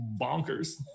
bonkers